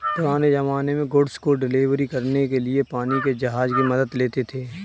पुराने ज़माने में गुड्स को डिलीवर करने के लिए पानी के जहाज की मदद लेते थे